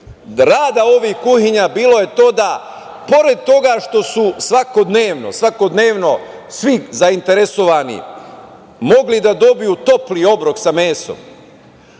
rada ovih kuhinja bilo je to da pored toga što su svakodnevno svi zainteresovani mogli da dobiju topli obrok sa mesom,